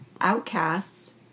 outcasts